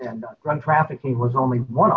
and run trafficking was only one